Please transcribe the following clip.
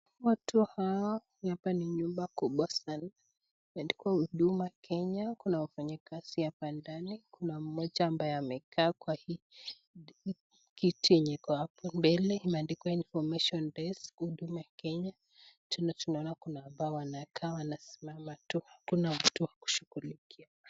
Watu hawa hapa ni nyumba kubwa sana, imeandikwa Huduma Kenya. kuna wafanyikazi hapa ndani. Kuna mmoja ambaye amekaa kwa hii kiti yenye iko hapo mbele, imeandikwa Information Desk Huduma Kenya. Tena tunaona kuna ambao wanakaa wanasimama tu, hakuna mtu wa kushughulikia.